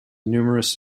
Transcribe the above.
numerous